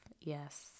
Yes